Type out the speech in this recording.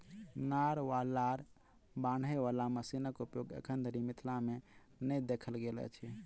नार वा लार बान्हय बाला मशीनक उपयोग एखन धरि मिथिला मे नै देखल गेल अछि